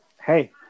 hey